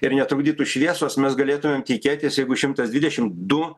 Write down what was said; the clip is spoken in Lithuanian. ir netrukdytų šviesos mes galėtumėm tikėtis jeigu šimtas dvidešim du